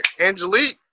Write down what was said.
Angelique